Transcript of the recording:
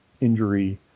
injury